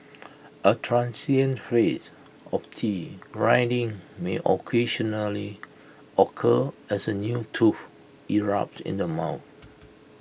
A transient phase of teeth grinding may occasionally occur as A new tooth erupts in the mouth